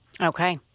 Okay